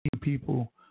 people